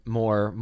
more